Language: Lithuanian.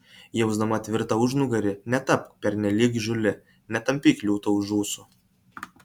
jausdama tvirtą užnugarį netapk pernelyg įžūli netampyk liūto už ūsų